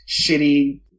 shitty